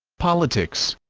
politics